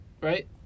right